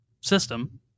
system